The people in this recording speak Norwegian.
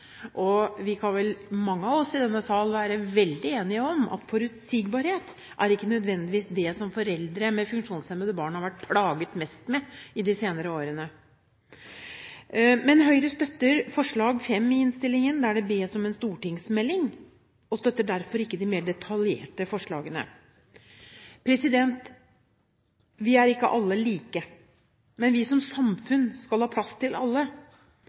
Vi kan vel – mange av oss i denne sal – være veldig enige om at forutsigbarhet ikke nødvendigvis er det som foreldre med funksjonshemmede barn har vært «plaget» mest med i de senere årene. Men Høyre støtter forslag nr. 5 i innstillingen, der det bes om en stortingsmelding, og støtter derfor ikke de mer detaljerte forslagene. Vi er ikke alle like, men vi som samfunn skal ha plass til alle,